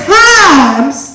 times